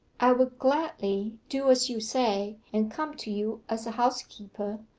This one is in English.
i would gladly do as you say, and come to you as a housekeeper,